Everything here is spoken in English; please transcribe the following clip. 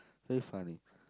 so funny